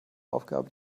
aufgabe